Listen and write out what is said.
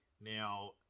Now